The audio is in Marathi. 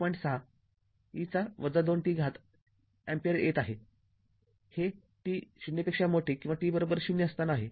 ६ e २t अँपिअर येत आहे हे t किंवा ० असताना आहे